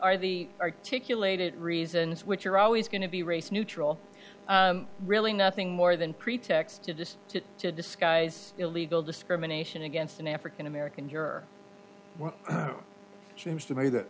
are the articulated reasons which are always going to be race neutral really nothing more than pretext to this to to disguise illegal discrimination against an african american your seems to me that